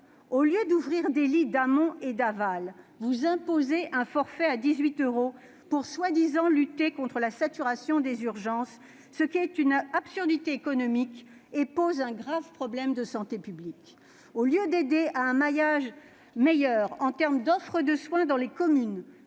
Au lieu d'ouvrir des lits d'amont et d'aval, vous imposez un forfait à 18 euros pour, soi-disant, lutter contre la saturation des urgences, ce qui est une absurdité économique et pose un grave problème de santé publique. Au lieu d'oeuvrer pour un meilleur maillage de l'offre de soins dans les communes,